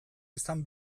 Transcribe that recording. izan